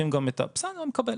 בסדר, אני מקבל.